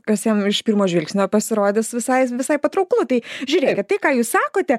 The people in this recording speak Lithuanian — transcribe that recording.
kas jam iš pirmo žvilgsnio pasirodys visai visai patrauklu tai žiūrėkit tai ką jūs sakote